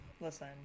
Listen